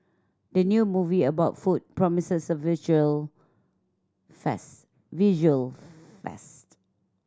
the new movie about food promises a visual visual feast